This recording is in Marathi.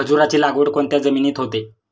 खजूराची लागवड कोणत्या जमिनीत होते?